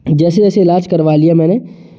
जैसे तैसे इलाज करवा लिया मैंने